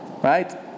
right